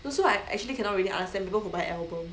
also I actually cannot really understand people who buy album